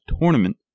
tournament